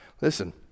Listen